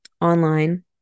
online